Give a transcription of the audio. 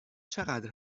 چقدر